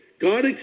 God